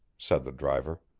said the driver.